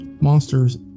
monsters